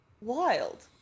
wild